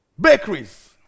Bakeries